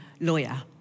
lawyer